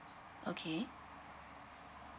okay